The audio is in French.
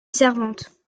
servante